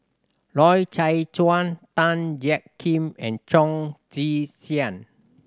Loy Chye Chuan Tan Jiak Kim and Chong Tze Chien